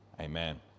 amen